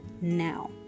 now